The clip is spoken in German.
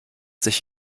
sich